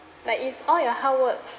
like it's all your hard work